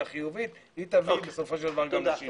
החיובית היא תביא בסופו של דבר גם לשינוי.